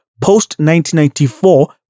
post-1994